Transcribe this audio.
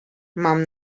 mam